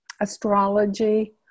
astrology